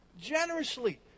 generously